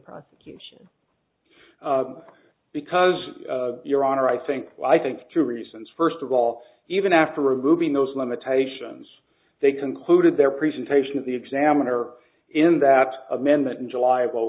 prosecution because your honor i think i think two reasons first of all even after removing those limitations they concluded their presentation of the examiner in that amendment in july of